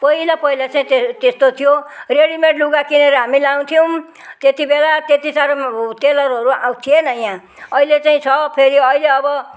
पहिला पहिला चाहिँ त्यही त्यस्तो थियो रेडिमेड लुगा किनेर हामी लगाउँथियौँ त्यति बेला त्यति साह्रो टेलरहरू अब थिएन यहाँ अहिले चाहिँ छ फेरि अहिले अब